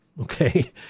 okay